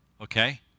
Okay